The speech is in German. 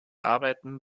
arbeiten